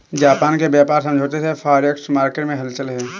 Japan के व्यापार समझौते से फॉरेक्स मार्केट में हलचल है